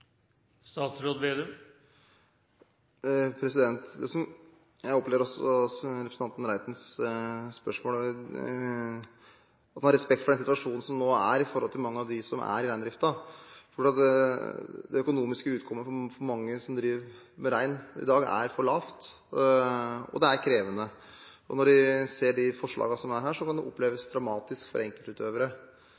Jeg opplever representanten Reitens spørsmål slik at han har respekt for den situasjonen som nå er for mange av dem som er i reindriften. Det økonomiske utkommet for mange som driver med rein i dag, er for lavt, og det er krevende. Når de ser de forslagene som er her, kan det oppleves